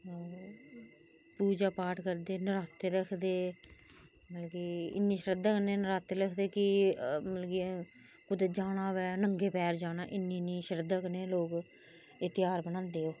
पूजा पाठ करदे नराते रखदे मतलब कि इन्नी श्रद्धा कन्नै नराते रखदे कि मतलब कि कुतै जाना होऐ ते नंगे पैर जाना इन्नी इन्नी श्रद्धा कन्नै लोग ऐ ध्यार बनादे ओह्